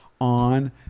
on